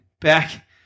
back